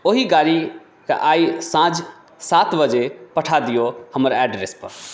ओही गाड़ीके आइ साँझ सात बजे पठा दिऔ हमर एड्रेसपर